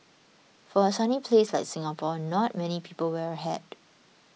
for a sunny place like Singapore not many people wear a hat